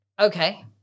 Okay